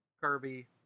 Kirby